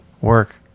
work